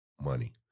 money